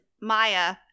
Maya